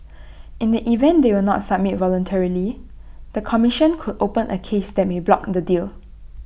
in the event they will not submit voluntarily the commission could open A case that may block in the deal